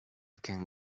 can